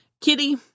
kitty